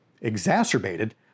exacerbated